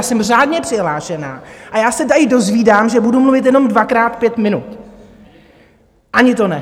Jsem řádně přihlášená a já se tady dozvídám, že budu mluvit jenom dvakrát pět minut, ani to ne.